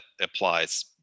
applies